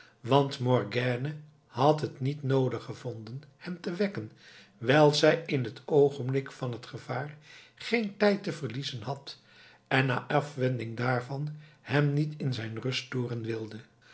want morgiane had het niet noodig gevonden hem te wekken wijl zij in het oogenblik van het gevaar geen tijd te verliezen had en na afwending daarvan hem niet in zijn rust storen wilde